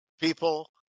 people